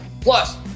Plus